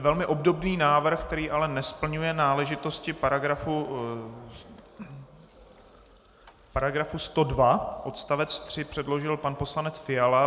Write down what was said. Velmi obdobný návrh, který ale nesplňuje náležitosti § 102 odst. 3, předložil pan poslanec Fiala.